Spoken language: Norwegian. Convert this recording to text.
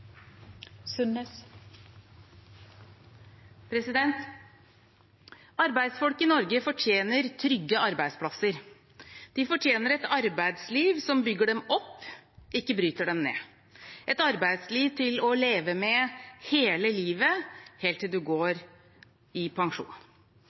dermed over. Arbeidsfolk i Norge fortjener trygge arbeidsplasser. De fortjener et arbeidsliv som bygger dem opp og ikke bryter dem ned, et arbeidsliv til å leve med hele livet, helt til man går